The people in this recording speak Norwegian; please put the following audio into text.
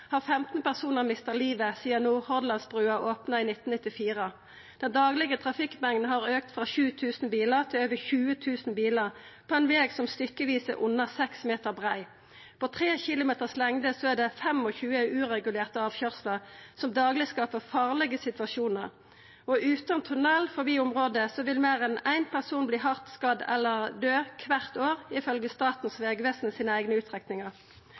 har 15 personar mista livet sidan Nordhordlandsbrua opna i 1994. Den daglege trafikkmengda har auka frå 7 000 bilar til over 20 000 bilar på ein veg som stykkevis er under seks meter brei. På 3 km lengd er det 25 uregulerte avkøyrslar som dagleg skaper farlege situasjonar. Utan tunnel forbi området vil meir enn ein person verta hardt skadd eller døy kvart år, ifølgje Statens vegvesens eigne utrekningar.